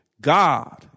God